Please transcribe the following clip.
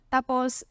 Tapos